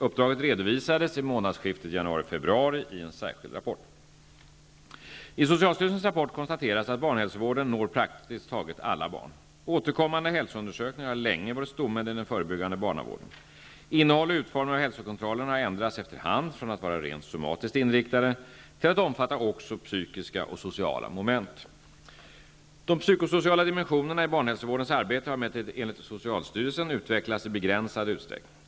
Uppdraget redovisades i månadsskiftet januari-februari i en särskild rapport. Återkommande hälsoundersökningar har länge varit stommen i den förebyggande barnavården. Hälsokontrollernas innehåll och utformning har ändrats efterhand från att vara rent somatiskt inriktade till att omfatta också psykiska och sociala moment. De psykosociala dimensionerna i barnhälsovårdens arbete har emellertid enligt socialstyrelsen utvecklats i begränsad utsträckning.